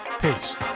Peace